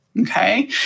Okay